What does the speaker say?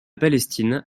palestine